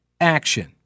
action